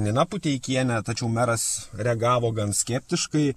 nina puteikienė tačiau meras reagavo gan skeptiškai